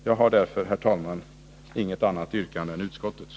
Jag har, herr talman, inget annat yrkande än utskottets.